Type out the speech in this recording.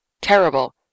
Terrible